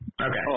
Okay